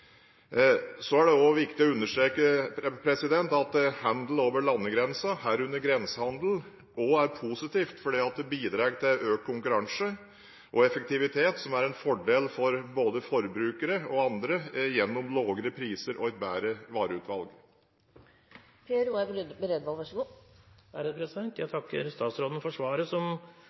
er positivt, for det bidrar til økt konkurranse og effektivitet, som er en fordel for forbrukere og andre gjennom lavere priser og et bedre vareutvalg. Jeg takker statsråden for svaret, som for så vidt egentlig ikke var noe svar på spørsmålet. Det var en konklusjon på hva som